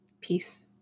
Peace